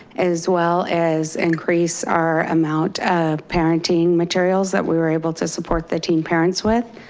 as well as increase our amount of parenting materials that we were able to support the teen parents with,